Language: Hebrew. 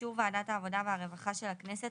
באישור ועדת העבודה והרווחה של הכנסת,